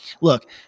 look